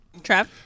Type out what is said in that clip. trap